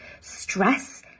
stress